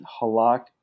Halak